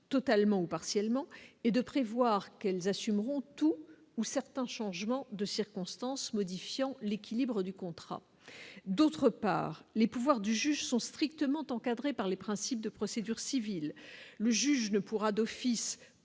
totalement ou partiellement et de prévoir qu'elles assumeront tous ou certains changements de circonstances modifiant l'équilibre du contrat, d'autre part, les pouvoirs du juge sont strictement encadrées par les principes de procédure civile, le juge ne pourra, d'office,